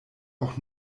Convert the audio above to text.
auch